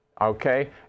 Okay